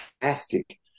fantastic